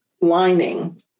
lining